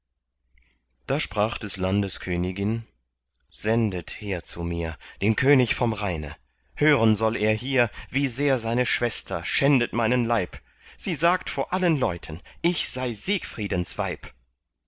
da sprach des landes königin sendet her zu mir den könig vom rheine hören soll er hier wie sehr seine schwester schändet meinen leib sie sagt vor allen leuten ich sei siegfriedens weib